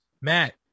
Matt